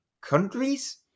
Countries